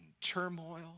turmoil